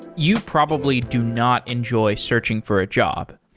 you probably do not enjoy searching for a job.